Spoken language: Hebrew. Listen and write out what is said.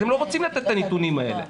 אתם לא רוצים לתת את הנתונים האלה.